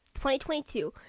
2022